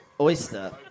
Oyster